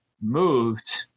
moved